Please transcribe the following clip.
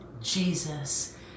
Jesus